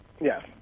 Yes